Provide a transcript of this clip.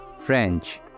French